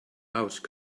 mouse